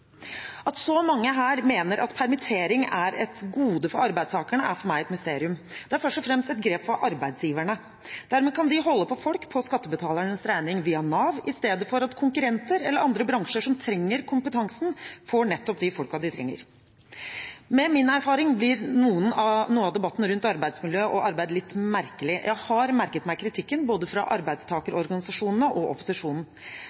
At så mange her mener at permittering er et gode for arbeidstakerne, er for meg et mysterium. Det er først og fremst et grep for arbeidsgiverne. Dermed kan de holde på folk på skattebetalernes regning via Nav i stedet for at konkurrenter eller andre bransjer som trenger kompetansen, får nettopp de folkene de trenger. Med min erfaring blir noe av debatten rundt arbeidsmiljø og arbeid litt merkelig. Jeg har merket meg kritikken både fra